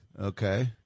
Okay